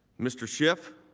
mr. schiff,